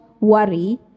worry